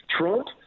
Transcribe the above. Trump